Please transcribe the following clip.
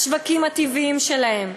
השווקים הטבעיים שלהם.